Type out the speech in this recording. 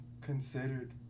considered